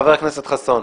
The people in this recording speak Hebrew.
חבר הכנסת חסון.